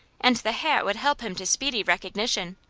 and the hat would help him to speedy recognition,